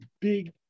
big